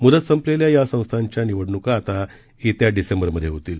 मुदत संपलेल्या या संस्थांच्या आता येत्या डिसेंबरमधे होतील